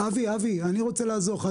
אבי, אני רוצה לעזור לך.